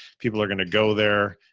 people are going to go there.